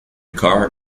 car